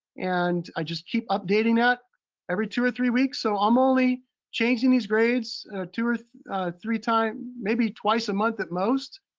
and i just keep updating ah that every two or three weeks. so i'm only changing these grades two or three times, maybe twice a month at most.